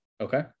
Okay